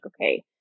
okay